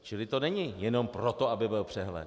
Čili to není jenom proto, aby byl přehled.